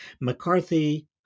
McCarthy